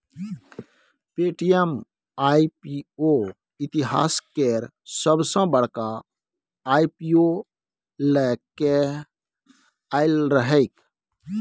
Paytm IPO इतिहास केर सबसॅ बड़का आई.पी.ओ लए केँ आएल रहैक